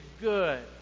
good